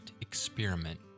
experiment